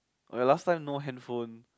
oh ya last time no handphones